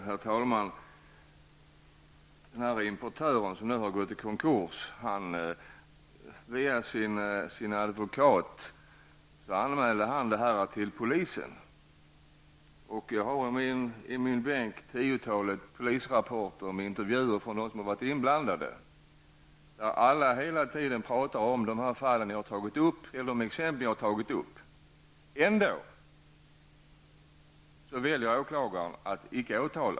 Herr talman! Den importör som nu har gått i konkurs anmälde via sin advokat det inträffade till polisen. Jag har i min bänk ett tiotal polisrapporter med intervjuer med dem som varit inblandade. Alla talar hela tiden om de här exemplen som jag har tagit upp. Ändå väljer åklagaren att inte åtala.